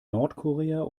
nordkorea